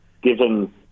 given